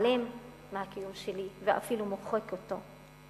מתעלם מהקיום שלי, ואפילו מוחק אותו.